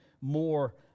more